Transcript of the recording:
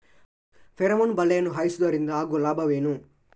Pheromone ಬಲೆಯನ್ನು ಹಾಯಿಸುವುದರಿಂದ ಆಗುವ ಲಾಭವೇನು?